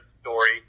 story